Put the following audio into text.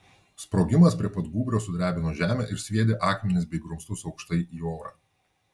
sprogimas prie pat gūbrio sudrebino žemę ir sviedė akmenis bei grumstus aukštai į orą